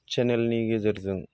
चेनेलनि गेजेरजों